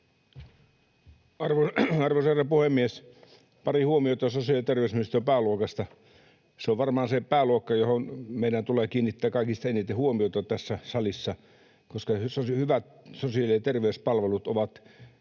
Arvoisa herra puhemies! Pari huomiota sosiaali‑ ja terveysministeriön pääluokasta. Se on varmaan se pääluokka, johon meidän tulee kiinnittää kaikista eniten huomiota tässä salissa, koska hyvät sosiaali‑ ja terveyspalvelut ovat